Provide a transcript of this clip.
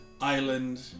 island